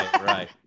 Right